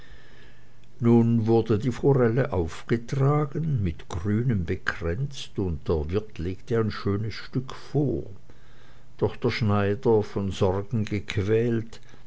nun wurde die forelle aufgetragen mit grünem bekränzt und der wirt legte ein schönes stück vor doch der schneider von sorgen gequält